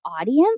audience